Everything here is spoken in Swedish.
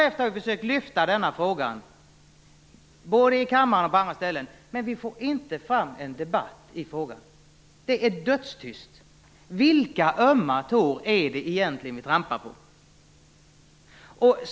Vi har därefter försökt ta upp den här frågan både i kammaren och på andra ställen, men vi får inte fram en debatt om den. Det är dödstyst. Vilka ömma tår är det egentligen som vi trampar på?